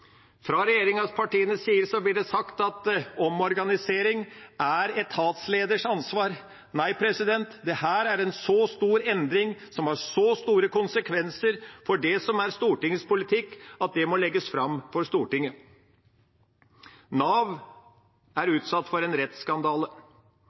Fra regjeringspartienes side blir det sagt at omorganisering er etatsleders ansvar. Nei, dette er en så stor endring som har så store konsekvenser for det som er Stortingets politikk, at det må legges fram for Stortinget. Nav er